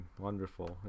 wonderful